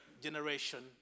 generation